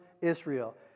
Israel